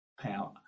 power